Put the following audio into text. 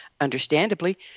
Understandably